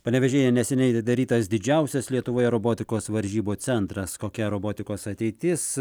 panevėžyje neseniai atidarytas didžiausias lietuvoje robotikos varžybų centras kokia robotikos ateitis